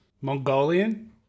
Mongolian